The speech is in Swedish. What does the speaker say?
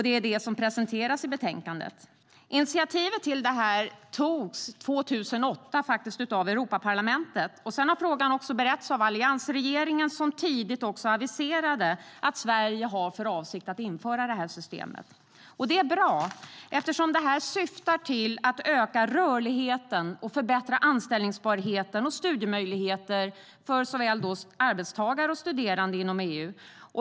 Det är detta som presenteras i betänkandet. Initiativet till detta togs 2008 av Europaparlamentet. Sedan har frågan även beretts av alliansregeringen, som tidigt aviserade att Sverige har för avsikt att införa systemet. Detta är bra, eftersom det syftar till att öka rörligheten och förbättra anställbarheten och studiemöjligheterna för arbetstagare och studerande inom EU.